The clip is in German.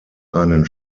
einen